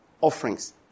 offerings